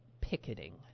picketing